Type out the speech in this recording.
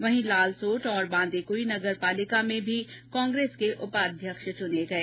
वहीं लालसोट और बांदीकुई नगरपालिका में भी कांग्रेस से उपाध्यक्ष चूने गये